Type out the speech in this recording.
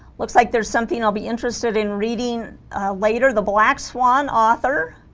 looks like there's something i'll be interested in reading later the black swan author